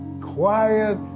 quiet